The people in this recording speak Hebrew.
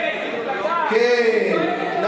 אני הבנתי שמרצ היא מפלגה שדואגת לאנשים.